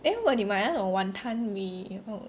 then 如果你买那种 wanton mee 后